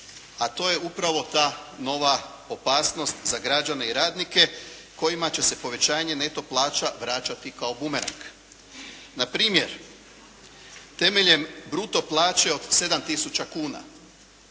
a to je upravo ta nova opasnost za građane i radnike kojima će se povećanje neto plaća vraćati kao bumerang. Na primjer temeljem bruto plaće od 7 tisuća